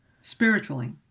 spiritually